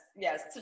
Yes